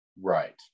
right